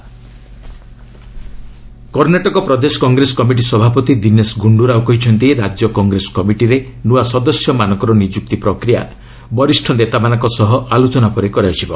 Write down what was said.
AICC Karnataka Karnataka ପ୍ରଦେଶ Congress committee ସଭାପତି ଦିନେଶ ଗୁଣ୍ଡରାଓ କହିଛନ୍ତି ରାଜ୍ୟ କଂଗ୍ରେସ କମିଟିରେ ନୂଆ ସଦସ୍ୟମାନଙ୍କର ନିଯୁକ୍ତି ପ୍ରକ୍ରିୟା ବରିଷ୍ଣ ନେତାମାନଙ୍କ ସହ ଆଲୋଚନା ପରେ କରାଯିବ